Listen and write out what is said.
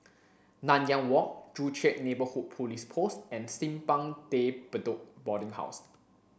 Nanyang Walk Joo Chiat Neighbourhood Police Post and Simpang De Bedok Boarding House